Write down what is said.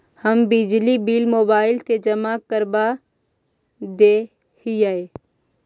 हम बिजली bill mobile से जमा करवा देहियै?